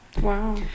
Wow